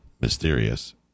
mysterious